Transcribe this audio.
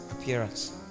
appearance